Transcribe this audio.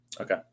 Okay